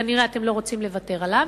שכנראה אתם לא רוצים לוותר עליו,